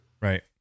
Right